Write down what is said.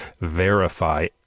verify